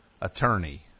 attorney